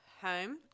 home